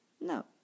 No